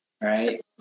right